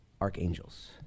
Archangels